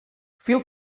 fil